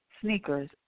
sneakers